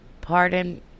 pardon